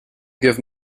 gave